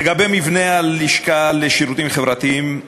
לגבי מבנה הלשכה לשירותים חברתיים,